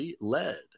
led